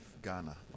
ghana